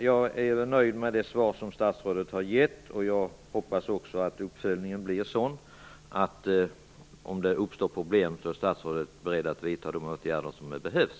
Jag är dock nöjd med det svar som statsrådet har givit. Jag hoppas också att uppföljningen blir sådan att statsrådet, om det uppstår problem, är beredd att vidta de åtgärder som behövs.